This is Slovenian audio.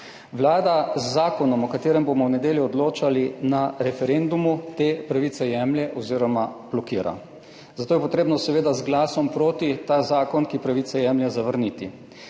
Vlada z zakonom, o katerem bomo v nedeljo odločali na referendumu, te pravice jemlje oziroma blokira, zato je potrebno, seveda, z glasom proti ta zakon, ki pravice jemlje, zavrniti.